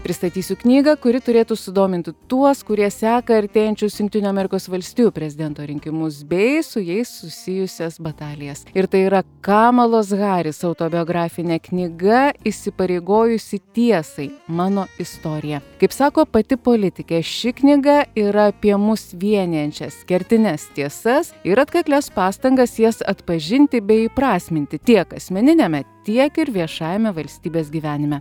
pristatysiu knygą kuri turėtų sudominti tuos kurie seka artėjančius jungtinių amerikos valstijų prezidento rinkimus bei su jais susijusias batalijas ir tai yra kamalos haris autobiografinė knyga įsipareigojusi tiesai mano istorija kaip sako pati politikė ši knyga yra apie mus vienijančias kertines tiesas ir atkaklias pastangas jas atpažinti bei įprasminti tiek asmeniniame tiek ir viešajame valstybės gyvenime